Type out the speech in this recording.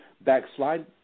backslide